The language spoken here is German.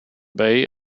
bay